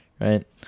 Right